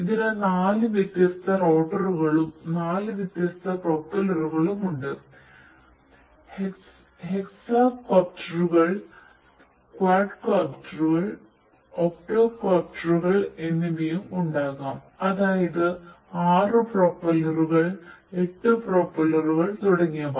ഇതിന് നാല് വ്യത്യസ്ത റോട്ടറുകളും എന്നിവയും ഉണ്ടാകാം അതായത് 6 പ്രൊപ്പല്ലറുകൾ 8 പ്രൊപ്പല്ലറുകൾ തുടങ്ങിയവ